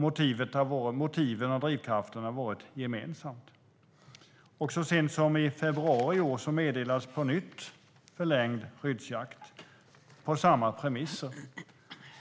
Motiven och drivkraften har varit gemensam. Så sent som i februari i år meddelades på nytt en förlängd skyddsjakt på samma premisser.